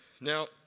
Now